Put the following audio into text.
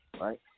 right